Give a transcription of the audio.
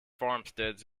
farmsteads